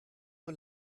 nur